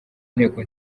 nteko